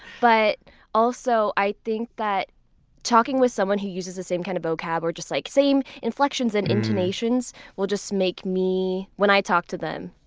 but also, i think that talking with someone who uses the same kind of vocab or like same inflections and intonations will just make me, when i talk to them,